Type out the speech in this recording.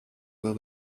will